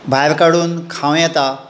भायर काडून खावं येता